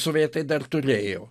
sovietai dar turėjo